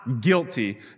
guilty